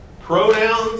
Pronouns